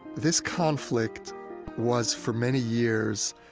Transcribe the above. this conflict was, for many years,